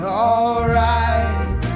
alright